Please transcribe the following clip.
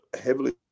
heavily